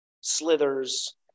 slithers